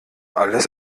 alles